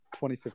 2015